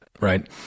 right